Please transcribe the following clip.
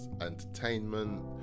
entertainment